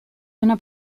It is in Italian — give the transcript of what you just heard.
una